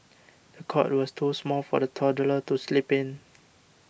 the cot was too small for the toddler to sleep in